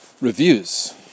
reviews